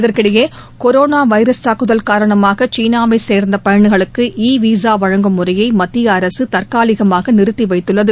இதற்கிடையே corona virus தாக்குதல் காரணமாக சீனாவை சேர்ந்த பயணிகளுக்கு இ விசா வழங்கும் முறையை மத்திய அரசு தற்காலிகமாக நிறுத்தி வைத்துள்ளது